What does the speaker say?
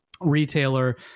retailer